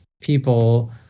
people